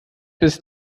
bis